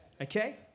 okay